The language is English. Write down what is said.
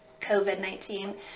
COVID-19